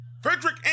Frederick